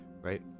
right